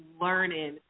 learning